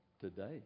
Today